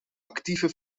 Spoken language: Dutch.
actieve